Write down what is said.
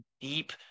deep